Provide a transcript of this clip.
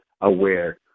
aware